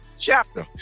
chapter